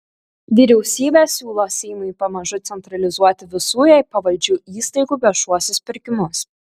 vyriausybė siūlo seimui pamažu centralizuoti visų jai pavaldžių įstaigų viešuosius pirkimus